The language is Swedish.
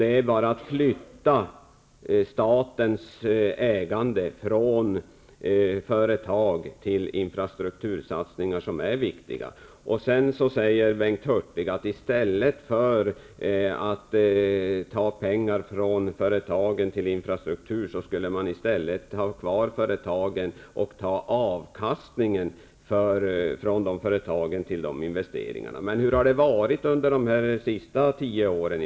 Det är bara att flytta statens ägande från företag till infrastruktursatsningar som är viktiga. Sedan säger Bengt Hurtig att man i stället för att ta pengar från försäljning av företagen till infratruktur skulle ha kvar företagen och ta avkastningen från dem till dessa investeringar. Men hur har det varit, i varje fall under de senaste tio åren?